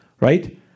Right